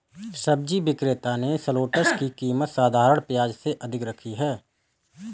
सब्जी विक्रेता ने शलोट्स की कीमत साधारण प्याज से अधिक रखी है